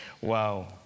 Wow